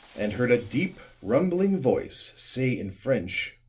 and heard a deep rumbling voice say in french